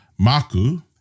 maku